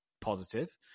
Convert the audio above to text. positive